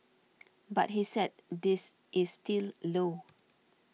but he said this is still low